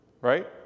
right